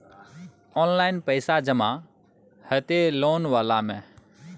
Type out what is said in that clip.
Online पैसा जमा हते लोन वाला में?